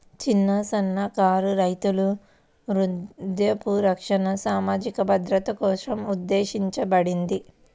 చిన్న, సన్నకారు రైతుల వృద్ధాప్య రక్షణ సామాజిక భద్రత కోసం ఉద్దేశించబడింది